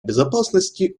безопасности